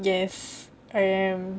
yes I am